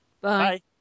Bye